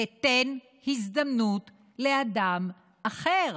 ותן הזדמנות לאדם אחר.